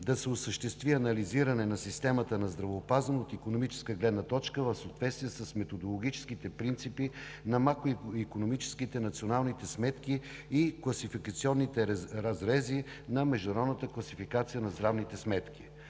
да се осъществи анализиране на системата на здравеопазване от икономическа гледна точка в съответствие с методологическите принципи на макроикономическите национални сметки и класификационните разрези на международната класификация на здравните сметки.